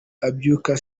abyuka